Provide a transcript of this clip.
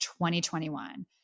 2021